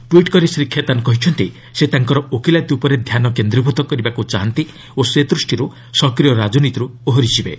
tweet କରି ଶ୍ରୀ ଖେତାନ୍ କହିଛନ୍ତି ସେ ତାଙ୍କର ଓକିଲାତି ଉପରେ ଧ୍ୟାନ କେନ୍ଦ୍ରୀଭୂତ କରିବାକୁ ଚାହାନ୍ତି ଓ ସେଦୃଷ୍ଟିରୁ ସକ୍ରିୟ ରାଜନୀତିରୁ ଓହରି ଯିବେ